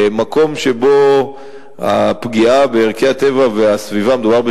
מקום שבו הפגיעה בערכי הטבע והסביבה גדולה עשרות מונים.